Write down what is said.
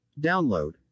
Download